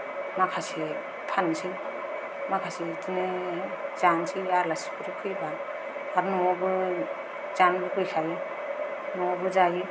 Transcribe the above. माखासे फान्नोसै माखासे बिदिनो जानोसै आलासिफोर फैबा आरो नआवबो जानो लबैखायो नआवबो जायो